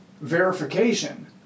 verification